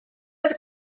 oedd